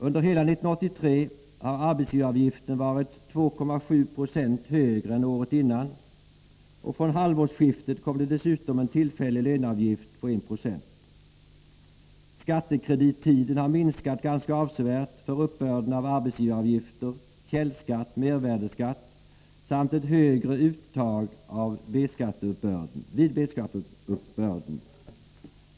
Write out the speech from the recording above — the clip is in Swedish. Under hela 1983 har arbetsgivaravgiften varit 2,7 7o högre än året innan, och från halvårsskiftet kom det dessutom en tillfällig löneavgift på 1 90. Skattekredittiden har minskat ganska avsevärt för uppbörden av arbetsgivaravgifter, källskatt och mervärdeskatt vartill kommer ett högre uttag vid B-skatteuppbörden.